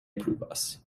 pluvas